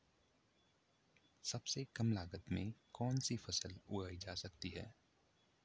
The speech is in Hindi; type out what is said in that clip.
सबसे कम लागत में कौन सी फसल उगाई जा सकती है